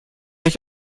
ich